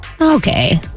Okay